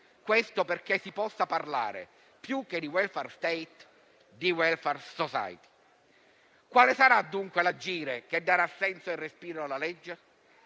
Questo perché si possa parlare, più che di *welfare state,* di *welfare society.* Quale sarà, dunque, l'agire che darà senso e respiro alla legge?